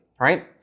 right